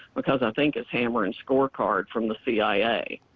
because i think it's hammer and scorecard from the cia.